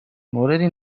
موردی